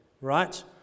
right